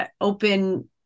open